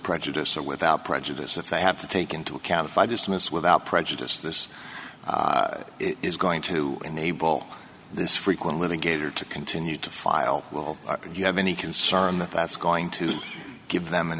prejudice or without prejudice if they have to take into account if i dismissed without prejudice this is going to enable this frequent litigator to continue to file will you have any concern that that's going to give them an